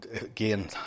again